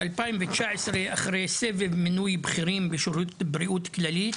בשנת 2019 לאחר סבב מינוי בכירים בשירותי בריאות כללית